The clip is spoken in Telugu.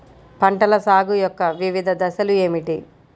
పంటల సాగు యొక్క వివిధ దశలు ఏమిటి?